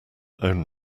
own